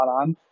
on